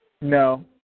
no